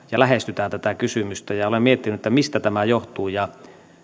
ja lähestytään tätä kysymystä eri maailmoista ja olen miettinyt mistä tämä johtuu ja